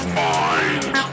mind